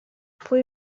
pwy